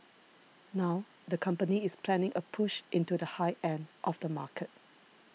now the company is planning a push into the high end of the market